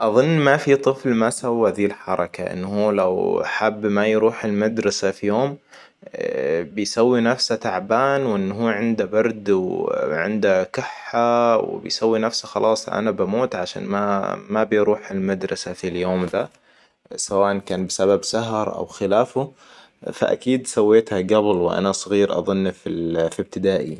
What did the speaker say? أظن ما في طفل ما سوى ذي الحركة إنه هو لو حب ما يروح المدرسة في يوم بيسوي نفسه تعبان وإن هو عنده برد وعنده كحة وبيسوي نفسه خلاص انا بموت عشان ما ما أبي أروح المدرسة في اليوم ذا سواءاً كان بسبب سهر اوخلافه فأكيد سويتها قبل وانا صغير أظن في ال - في إبتدائي